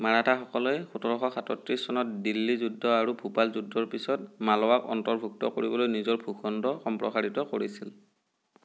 মাৰাঠাসকলে সোতৰশ সাতত্ৰিছ চনত দিল্লী যুদ্ধ আৰু ভোপাল যুদ্ধৰ পিছত মালৱাক অন্তৰ্ভুক্ত কৰিবলৈ নিজৰ ভূখণ্ড সম্প্ৰসাৰিত কৰিছিল